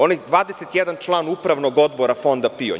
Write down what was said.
Onih 21 član Upravnog odbora Fonda PIO?